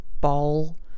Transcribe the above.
ball